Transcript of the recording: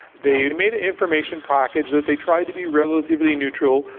they made an information package that they tried to be relatively neutral,